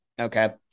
Okay